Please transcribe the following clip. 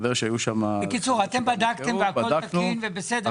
בקיצור, בדקתם והכל תקין ובסדר?